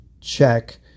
check